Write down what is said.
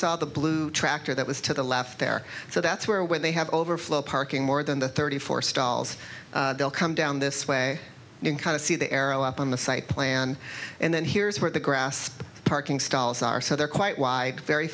saw the blue tractor that was to the left there so that's where when they have overflow parking more than the thirty four stalls they'll come down this way you can kind of see the arrow up on the site plan and then here's where the grass parking stalls are so they're quite wide very